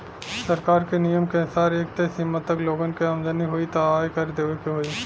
सरकार क नियम क अनुसार एक तय सीमा तक लोगन क आमदनी होइ त आय कर देवे के होइ